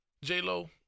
J-Lo